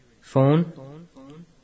Phone